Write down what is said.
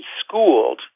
schooled